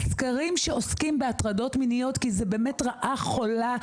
סקרים שעוסקים בהטרדות מיניות כי זה באמת רעה חולה,